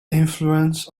influence